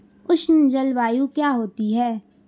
उष्ण जलवायु क्या होती है?